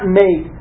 make